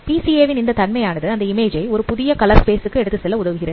PCA வின் இந்த தன்மையானது அந்த இமேஜை ஒரு புதிய கலர் ஸ்பேஸ் க்கு எடுத்துச் செல்ல உதவுகிறது